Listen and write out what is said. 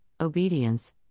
obedience